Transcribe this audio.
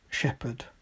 shepherd